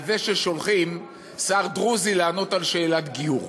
על זה ששולחים שר דרוזי לענות על שאלת גיור,